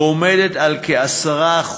ועומדת על כ-10%,